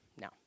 now